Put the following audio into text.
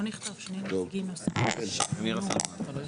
בקשתכם נרשמה.